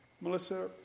Melissa